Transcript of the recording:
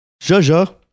Jojo